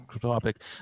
topic